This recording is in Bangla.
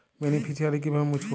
বেনিফিসিয়ারি কিভাবে মুছব?